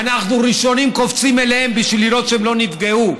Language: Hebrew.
אנחנו ראשונים קופצים אליהם בשביל לראות שהם לא נפגעו,